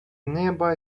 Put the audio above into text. nearby